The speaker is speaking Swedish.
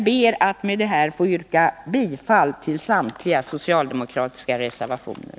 Jag ber med detta att få yrka bifall till samtliga socialdemokratiska reservationer.